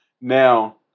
Now